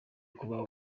kuba